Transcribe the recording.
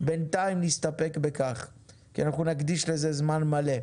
בינתיים נסתפק בכך כי נקדיש לזה זמן מלא.